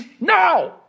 now